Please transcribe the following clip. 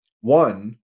one